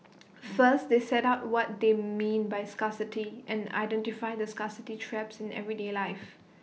first they set out what they mean by scarcity and identify the scarcity traps in everyday life